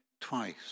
twice